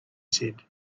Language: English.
said